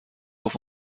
گفت